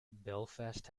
belfast